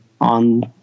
on